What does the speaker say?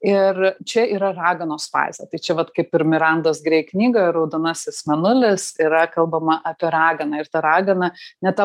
ir čia yra raganos fazė tai čia vat kaip ir mirandos grei knygoje raudonasis mėnulis yra kalbama apie raganą ir ta ragana ne ta